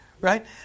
Right